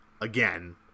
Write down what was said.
again